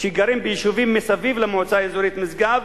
שגרים ביישובים מסביב למועצה האזורית משגב,